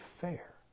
fair